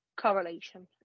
correlation